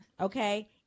okay